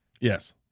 Yes